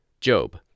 Job